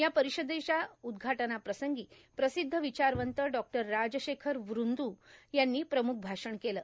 या परिषदेच्या उद्घाटनाप्रसंगी प्रसिद्ध विचारवंत डॉक्टर राजशेखर व्ंद्र यांनी प्रम्ख भाषण केले